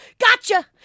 Gotcha